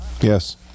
Yes